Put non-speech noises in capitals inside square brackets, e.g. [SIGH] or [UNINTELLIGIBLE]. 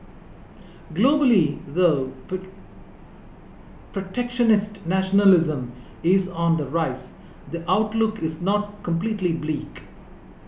globally though [UNINTELLIGIBLE] protectionist nationalism is on the rise the outlook is not completely bleak